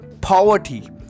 poverty